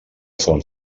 fons